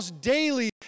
daily